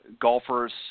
golfers